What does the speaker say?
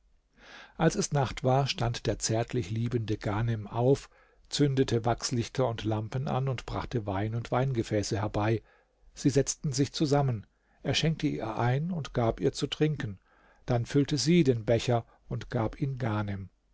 als es nacht war stand der zärtlich liebende ghanem auf zündete wachslichter und lampen an und brachte wein und weingefäße herbei sie setzten sich zusammen er schenkte ihr ein und gab ihr zu trinken dann füllte sie den becher und gab ihn